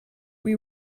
rwy